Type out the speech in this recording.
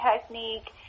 technique